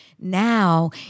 Now